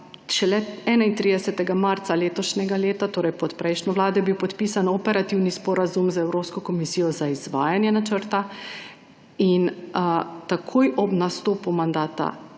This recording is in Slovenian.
31. marca letošnjega leta, torej pod prejšnjo vlado je bil podpisan operativni sporazum za Evropsko komisijo za izvajanje načrta. Takoj ob nastopu mandata